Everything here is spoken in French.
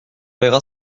verra